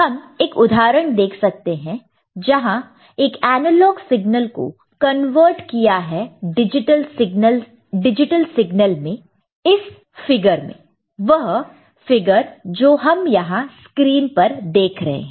हम एक उदाहरण देख सकते हैं जहां एक एनालॉग सिग्नल को कन्वर्ट किया है डिजिटल सिगनल में एस फिगर में वह फिगर जो हम यहां स्क्रीन पर देख सकते हैं